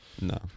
No